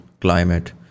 climate